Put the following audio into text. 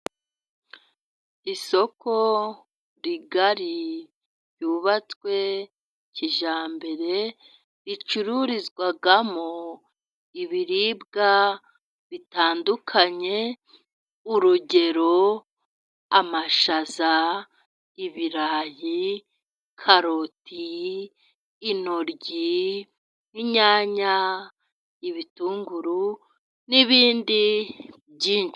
Isoko rigari ryubatswe kijyambere ricururizwamo ibiribwa bitandukanye. Urugero: amashaza, ibirayi, karoti, inoryi, 'inyanya, ibitunguru n'ibindi byinshi.